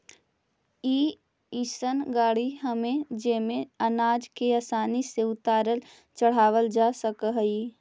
ई अइसन गाड़ी हई जेमे अनाज के आसानी से उतारल चढ़ावल जा सकऽ हई